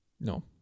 No